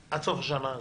שעד סוף השנה הזאת,